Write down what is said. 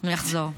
הוא יחזור.